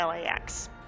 LAX